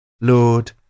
Lord